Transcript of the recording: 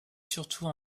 surtout